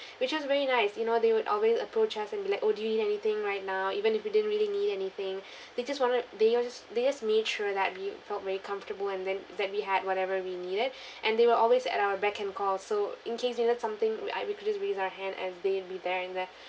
which was very nice you know they would always approach us and be like oh do you need anything right now even if you didn't really need anything they just wanted they were just they just made sure that we felt very comfortable and then that we had whatever we needed and they were always at our beck and call so in case we need something we I we could just raise our hand and they'll be there and there